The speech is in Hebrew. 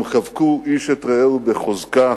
הם חיבקו איש את רעהו בחוזקה